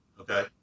okay